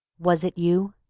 was it you?